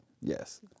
Yes